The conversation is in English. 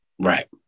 Right